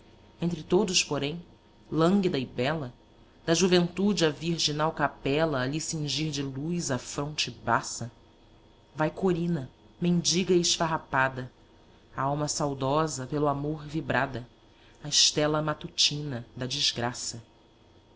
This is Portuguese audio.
entre todos porém lânguida e bela da juventude a virginal capela a lhe cingir de luz a fronte baça vai corina mendiga e esfarrapada a alma saudosa pelo amor vibrada a stella matutina da desgraça